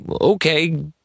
okay